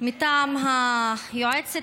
מטעם היועצת